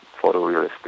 photorealistic